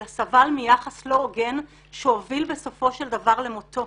אלא סבל מיחס לא הוגן שהוביל בסופו של דבר למותו.